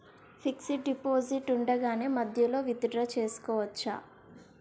Fixed deposit ఉండగానే మధ్యలో withdraw చేసుకోవచ్చా?